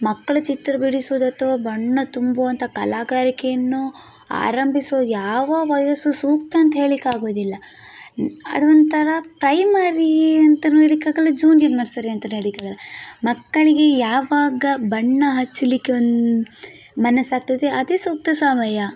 ಮಕ್ಕಳು ಚಿತ್ರಬಿಡಿಸುವುದು ಅಥವಾ ಬಣ್ಣ ತುಂಬುವಂಥ ಕಲೆಗಾರಿಕೆಯನ್ನು ಆರಂಭಿಸುವ ಯಾವ ವಯಸ್ಸು ಸೂಕ್ತ ಅಂತ ಹೇಳ್ಳಿಕ್ಕಾಗೋದಿಲ್ಲ ಅದು ಒಂಥರಾ ಪ್ರೈಮರಿ ಅಂತಲೂ ಹೇಳ್ಳಿಕ್ಕಾಗಲ್ಲ ಜೂನಿಯರ್ ನರ್ಸರಿ ಅಂತಲೂ ಹೇಳ್ಳಿಕ್ಕಾಗಲ್ಲ ಮಕ್ಕಳಿಗೆ ಯಾವಾಗ ಬಣ್ಣ ಹಚ್ಚಲಿಕ್ಕೆ ಒಂದು ಮನಸ್ಸಾಗ್ತದೆ ಅದೇ ಸೂಕ್ತ ಸಮಯ